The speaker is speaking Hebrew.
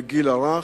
מהגיל הרך,